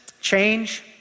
change